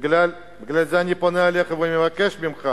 ובגלל זה אני פונה אליך ומבקש ממך: